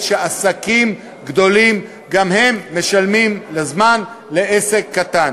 שעסקים גדולים גם הם משלמים בזמן לעסק קטן.